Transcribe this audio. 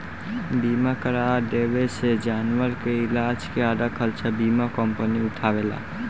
बीमा करा देवे से जानवर के इलाज के आधा खर्चा बीमा कंपनी उठावेला